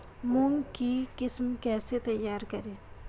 मूंग की किस्म कैसे तैयार करें?